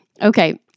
Okay